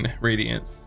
radiant